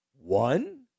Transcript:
One